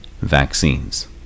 vaccines